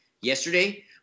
yesterday